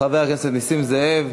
חבר הכנסת נסים זאב.